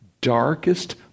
darkest